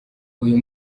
uyu